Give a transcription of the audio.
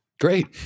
Great